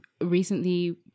recently